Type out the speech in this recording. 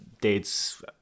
dates